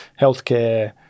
healthcare